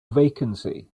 vacancy